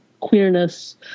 queerness